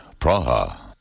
Praha